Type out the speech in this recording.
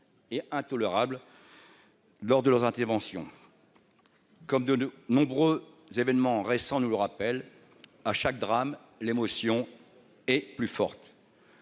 Et intolérables. Lors de leur intervention. Comme de, de nombreux événements récents nous le rappelle à chaque drame. L'émotion est plus forte.